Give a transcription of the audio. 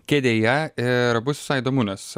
kėdėje ir bus visai įdomu nes